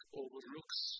overlooks